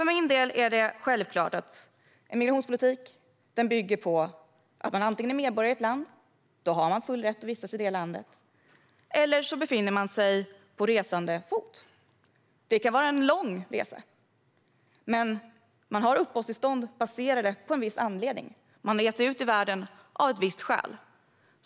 För min del är det självklart att en migrationspolitik bygger på att man antingen är medborgare i ett land, då man har full rätt att vistas i detta land, eller befinner sig på resande fot, och det kan vara en lång resa. Men man har uppehållstillstånd av en viss anledning, och man har gett sig ut i världen av ett visst skäl.